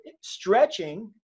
stretching